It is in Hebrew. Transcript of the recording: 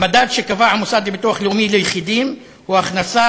המדד שקבע המוסד לביטוח לאומי ליחידים הוא הכנסה